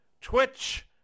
Twitch